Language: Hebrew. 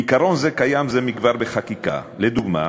עיקרון זה קיים זה מכבר בחקיקה, לדוגמה: